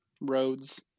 roads